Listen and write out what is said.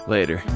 Later